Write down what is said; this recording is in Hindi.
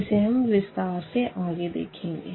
इसे हम विस्तार से आगे देखेंगे